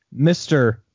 Mr